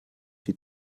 die